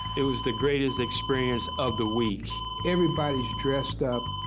it was the greatest experience of the week. everybody's dressed up.